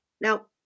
now